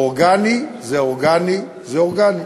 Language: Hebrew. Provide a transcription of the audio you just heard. אורגני זה אורגני זה אורגני.